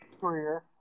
career